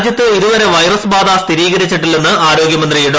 രാജ്യത്ത് ഇതുവരെ വൈറസ് ബാധ സ്ഥിരീകരിച്ചിട്ടില്ലെന്ന് ആരോഗൃമന്ത്രി ഡോ